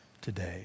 today